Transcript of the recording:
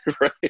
right